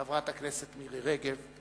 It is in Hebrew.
חברת הכנסת מירי רגב,